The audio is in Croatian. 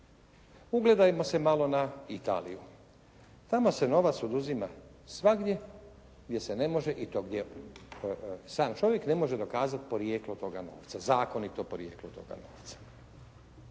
Ugledajmo se malo na Italiju. Tamo se novac oduzima svagdje gdje se ne može, i to gdje sam čovjek ne može dokazati porijeklo toga novca, zakonito porijeklo toga novca.